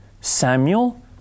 Samuel